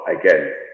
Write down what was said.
again